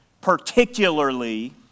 particularly